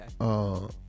Okay